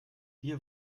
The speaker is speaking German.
wir